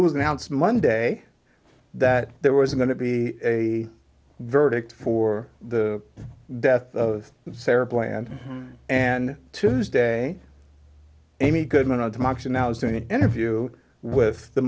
was announced monday that there was going to be a verdict for the death of sarah bland and tuesday amy goodman of democracy now is doing an interview with the